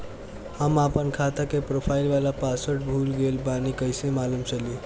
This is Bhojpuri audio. हम आपन खाता के प्रोफाइल वाला पासवर्ड भुला गेल बानी कइसे मालूम चली?